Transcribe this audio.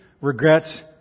regrets